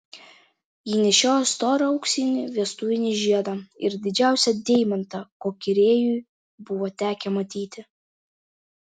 ji nešiojo storą auksinį vestuvinį žiedą ir didžiausią deimantą kokį rėjui buvo tekę matyti